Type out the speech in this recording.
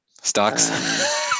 Stocks